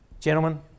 Gentlemen